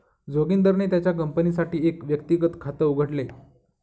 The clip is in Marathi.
जोगिंदरने त्याच्या कंपनीसाठी एक व्यक्तिगत खात उघडले